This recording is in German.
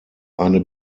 eine